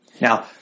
now